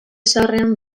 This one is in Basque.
zaharrean